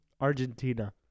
Argentina